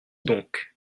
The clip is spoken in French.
donc